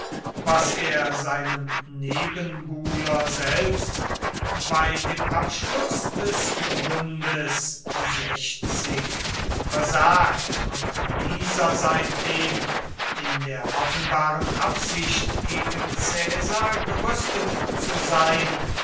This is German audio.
was er seinem nebenbuhler selbst bei dem abschluß des bundes versagt und dieser seitdem in der offenbaren absicht gegen caesar gerüstet zu sein